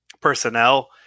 personnel